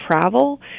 travel